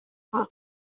आं